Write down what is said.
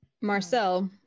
Marcel